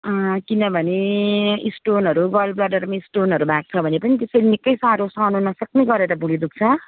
किनभने स्टोनहरू गलब्लाडरमा स्टोनहरू भएको छ भने पनि त्यसरी निकै साह्रो सहनु नसक्ने गरेर भुँडी दुख्छ